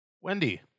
Wendy